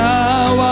Now